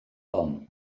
hon